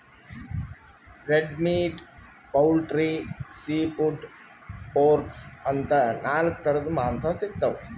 red meat, poultry, seafood, pork ಅಂತಾ ನಾಲ್ಕ್ ಥರದ್ ಮಾಂಸಾ ಸಿಗ್ತವ್